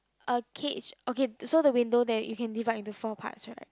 a cage okay so the window there you can divide it into four parts right